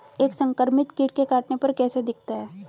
एक संक्रमित कीट के काटने पर कैसा दिखता है?